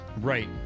Right